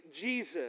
Jesus